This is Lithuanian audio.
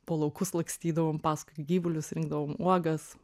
po laukus lakstydavom paskui gyvulius rinkdavom uogas